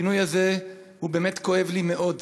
הפינוי הזה באמת כואב לי מאוד.